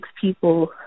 people